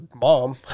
mom